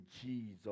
Jesus